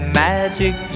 magic